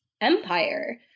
empire